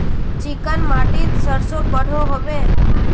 Chicken माटित सरसों बढ़ो होबे?